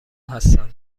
هستم